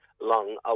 long